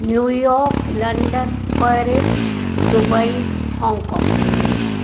new York London Paris Dubai Hong Kong